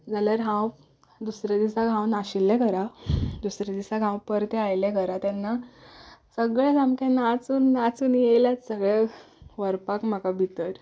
जाल्यार हांव दुसरे दिसा हांव नाशिल्लें घरा दुसरे दिसा हांव परतें आयलें घरा तेन्ना सगळे सामके नाचून नाचून आयले सगळे व्हरपाक म्हाका भितर